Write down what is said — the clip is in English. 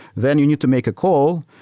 then you need to make a call.